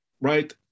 right